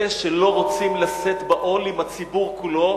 אלה שלא רוצים לשאת בעול עם הציבור כולו,